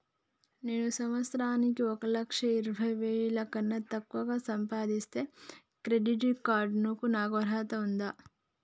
నేను సంవత్సరానికి ఒక లక్ష ఇరవై వేల కన్నా తక్కువ సంపాదిస్తే క్రెడిట్ కార్డ్ కు నాకు అర్హత ఉందా?